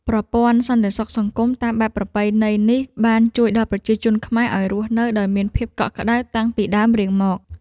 ប្រព័ន្ធសន្តិសុខសង្គមតាមបែបប្រពៃណីនេះបានជួយដល់ប្រជាជនខ្មែរឱ្យរស់នៅដោយមានភាពកក់ក្តៅតាំងពីដើមរៀងមក។